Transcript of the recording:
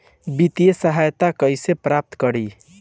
वित्तीय सहायता कइसे प्राप्त करी?